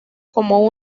como